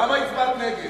למה הצבעת נגד?